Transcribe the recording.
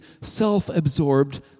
self-absorbed